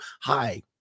Hi